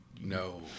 No